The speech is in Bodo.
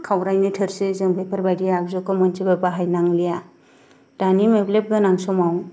खावराइनि थोरसि जों बेफोरबायदि आगजुखौ मोनसेबो बाहायनांलिया दानि मोब्लिब गोनां समाव